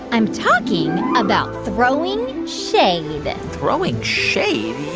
i'm talking about throwing shade throwing shade?